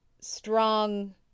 strong